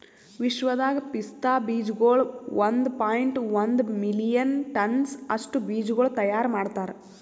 ವಿಶ್ವದಾಗ್ ಪಿಸ್ತಾ ಬೀಜಗೊಳ್ ಒಂದ್ ಪಾಯಿಂಟ್ ಒಂದ್ ಮಿಲಿಯನ್ ಟನ್ಸ್ ಅಷ್ಟು ಬೀಜಗೊಳ್ ತೈಯಾರ್ ಮಾಡ್ತಾರ್